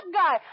guy